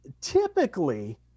typically